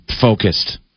focused